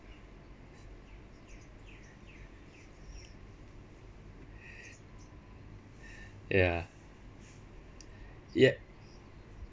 ya ya